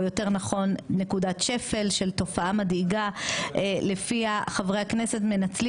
או יותר נכון נקודת שפל של תופעה מדאיגה לפיה חברי הכנסת מנצלים